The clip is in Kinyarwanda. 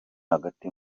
hagati